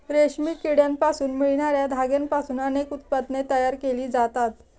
रेशमी किड्यांपासून मिळणार्या धाग्यांपासून अनेक उत्पादने तयार केली जातात